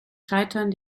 scheitern